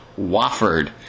Wofford